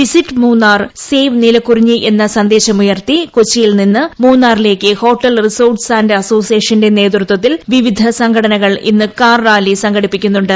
visit Munnar save Neelakurinji എന്ന സന്ദേശമുയർത്തി കൊച്ചിയിൽ നിന്ന് മൂന്നാറിലേക്ക് ഹോട്ടൽ ആന്റ് റിസോർട്ട്സ് അസോസിയേഷന്റെ നേതൃത്വത്തിൽ വിവിധ സംഘടനകൾ ഇന്ന് കാർ റാലി സംഘടിപ്പിക്കുന്നുണ്ട്